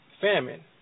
famine